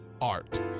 art